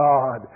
God